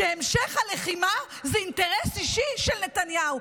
שהמשך הלחימה זה אינטרס אישי של נתניהו.